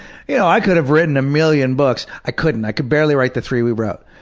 you know i could've written a million books. i couldn't. i could barely write the three we wrote.